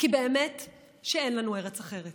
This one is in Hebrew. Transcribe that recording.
כי באמת שאין לנו ארץ אחרת.